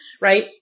right